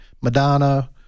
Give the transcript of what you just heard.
Madonna